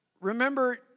Remember